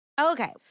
Okay